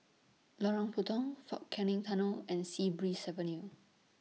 Lorong Puntong Fort Canning Tunnel and Sea Breeze Avenue